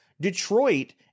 Detroit